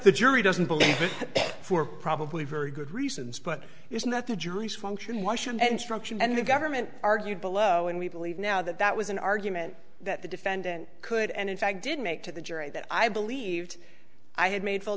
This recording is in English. the jury doesn't believe for probably very good reasons but isn't that the jury's function wash and structured and the government argued below and we believe now that that was an argument that the defendant could and in fact did make to the jury that i believed i had made full